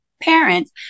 parents